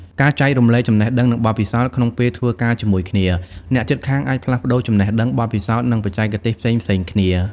ការចែករំលែកចំណេះដឹង និងបទពិសោធន៍ ក្នុងពេលធ្វើការជាមួយគ្នា អ្នកជិតខាងអាចផ្លាស់ប្តូរចំណេះដឹង បទពិសោធន៍ និងបច្ចេកទេសផ្សេងៗគ្នា។